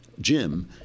Jim